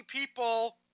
people